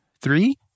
three